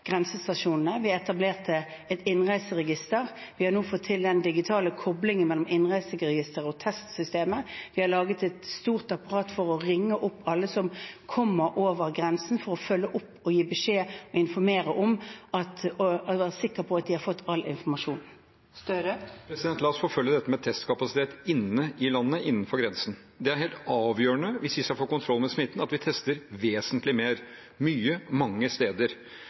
grensestasjonene. Vi etablerte et innreiseregister. Vi har nå fått til den digitale koblingen mellom innreiseregisteret og testsystemet. Vi har laget et stort apparat for å ringe opp alle som kommer over grensen, for å følge opp, gi beskjed, informere og være sikre på at de har fått all informasjon. Det åpnes for oppfølgingsspørsmål – først Jonas Gahr Støre. La oss forfølge dette med testkapasitet inne i landet, innenfor grensen. Det er helt avgjørende hvis vi skal få kontroll med smitten, at vi tester vesentlig mer, mye, mange steder,